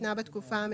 שניתנה בתקופת המזכה,